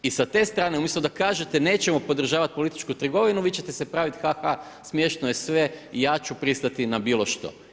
I sa te strane umjesto da kažete, nećemo podržavati političku trgovinu, vi ćete se praviti ha ha, smiješno je sve, ja ću pristati na bilo što.